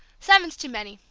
seven's too many,